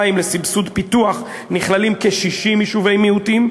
לסבסוד פיתוח נכללים כ-60 יישובי מיעוטים,